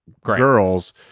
girls